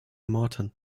morton